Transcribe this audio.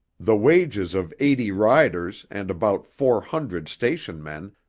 the wages of eighty riders and about four hundred station men,